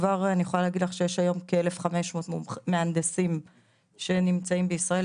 אני יכולה להגיד לך שיש כבר היום כ-1,500 מהנדסים זרים שנמצאים בישראל,